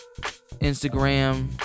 Instagram